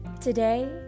Today